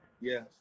Yes